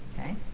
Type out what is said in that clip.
Okay